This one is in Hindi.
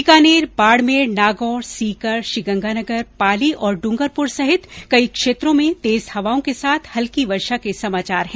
बीकानेर बाडमेर नागौर सीकर श्रीगंगानगर पाली और डूंगरपुर सहित कई क्षेत्रों में तेज हवाओं के साथ हल्की वर्षा के समाचार हैं